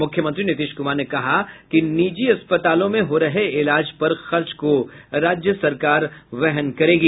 मुख्यमंत्री नीतीश कुमार ने कहा कि निजी अस्पतालों में हो रहे इलाज पर खर्च को राज्य सरकार वहन करेगी